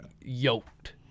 Yoked